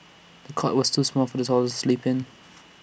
the cot was too small for the toddler to sleep in